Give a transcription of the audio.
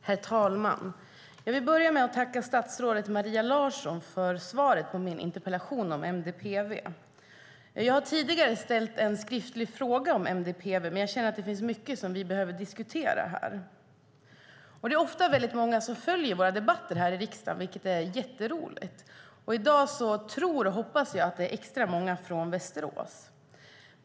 Herr talman! Jag vill börja med att tacka statsrådet Maria Larsson för svaret på min interpellation om MDPV. Jag har tidigare ställt en skriftlig fråga om MDPV, men jag känner att det finns mycket vi behöver diskutera. Det är ofta väldigt många som följer våra debatter här i riksdagen, vilket är jätteroligt. I dag tror och hoppas jag att det är extra många från Västerås.